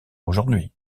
aujourd’hui